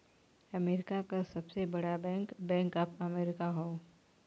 America क सबसे बड़ा बैंक बैंक ऑफ अमेरिका हौ